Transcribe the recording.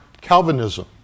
Calvinism